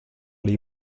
les